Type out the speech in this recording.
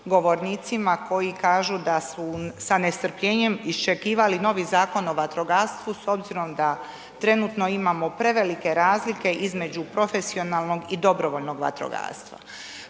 govornicima koji kažu da su sa nestrpljenjem iščekivali novi Zakon o vatrogastvu s obzirom da trenutno imamo prevelike razlike između profesionalnog i dobrovoljnog vatrogastva.